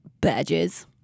badges